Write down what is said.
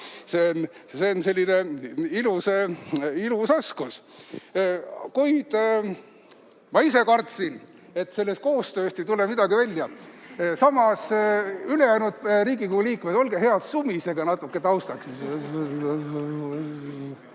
See on selline ilus oskus. Kuid ma ise kartsin, et sellest koostööst ei tule midagi välja. Samas, ülejäänud Riigikogu liikmed, olge head ja sumisege natuke taustaks.